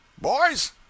Boys